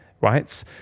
right